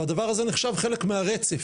והדבר הזה נחשב חלק מהרצף,